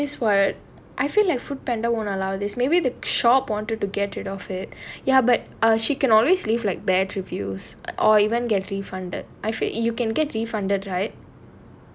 they won't do this what I feel like FoodPanda won't allow this maybe the shop wanted to get rid of it ya but she can always leave like bad reviews or even get refunded I feel you can get refunded right